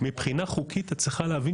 מבחינה חוקית צריך להבין